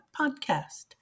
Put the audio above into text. podcast